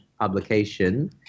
publication